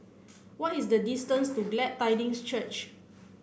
what is the distance to Glad Tidings Church